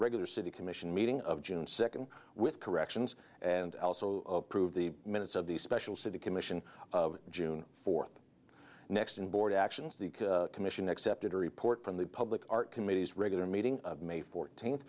regular city commission meeting of june second with corrections and also approve the minutes of the special city commission of june fourth next and board actions the commission accepted a report from the public art committee's regular meeting may fourteenth